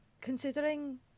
Considering